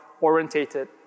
orientated